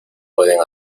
pueden